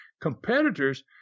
competitors